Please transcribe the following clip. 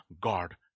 God